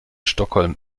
stockholm